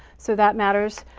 so that matters.